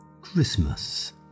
Christmas